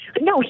No